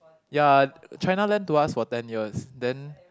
ya China lend to us for ten years then